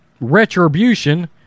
retribution